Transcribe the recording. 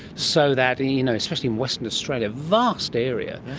so that. you know especially in western australia, a vast area,